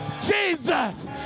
Jesus